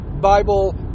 Bible